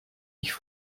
ich